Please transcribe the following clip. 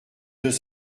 deux